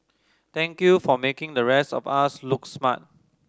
thank you for making the rest of us look smart